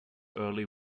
early